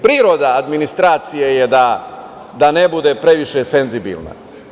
Priroda administracije je da ne bude previše senzibilna.